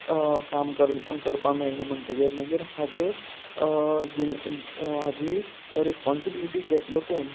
काम कर करपाक मेळना म्हणटगीर मागीर हाजो जिमी हाजी रिस्पोन्सिबिलिटी घेतलो कोण